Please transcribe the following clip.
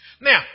Now